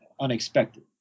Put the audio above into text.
unexpected